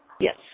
Yes